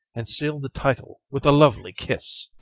and seal the title with a lovely kiss!